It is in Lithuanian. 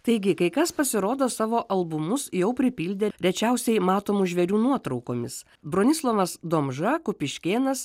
taigi kai kas pasirodo savo albumus jau pripildė rečiausiai matomų žvėrių nuotraukomis bronislovas domža kupiškėnas